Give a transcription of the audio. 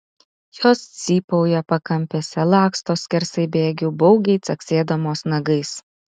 jos cypauja pakampėse laksto skersai bėgių baugiai caksėdamos nagais